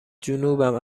جنوبم